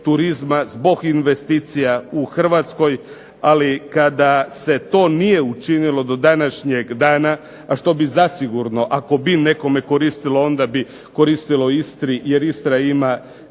turizma, zbog investicija u Hrvatskoj ali kada se to nije učinilo do današnjeg dana, a što bi zasigurno ako bi nekome koristilo onda bi koristilo Istri jer Istra ima